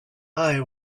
eye